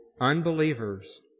unbelievers